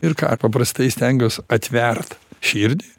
ir ką paprastai stengiuos atvert širdį